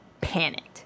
panicked